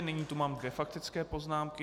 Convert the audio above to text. Nyní tu mám dvě faktické poznámky.